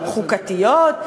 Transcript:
חוקתיות,